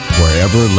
wherever